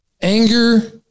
Anger